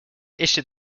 issue